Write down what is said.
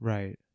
Right